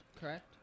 correct